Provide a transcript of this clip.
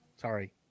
Sorry